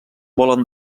volen